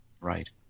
Right